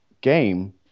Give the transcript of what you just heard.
game